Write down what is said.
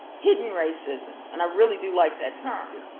hidden racism, and i really do like that term,